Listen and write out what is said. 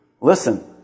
Listen